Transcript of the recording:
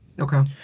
Okay